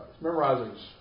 Memorizing